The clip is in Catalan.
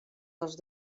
dels